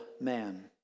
man